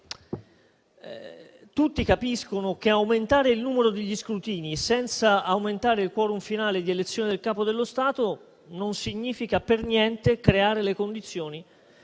tutti capiscono che aumentare il numero degli scrutini senza aumentare il *quorum* finale di elezione del Capo dello Stato non significa per niente creare le condizioni